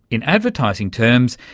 in advertising terms,